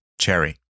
Cherry